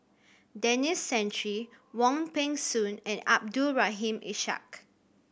Denis Santry Wong Peng Soon and Abdul Rahim Ishak